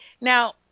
Now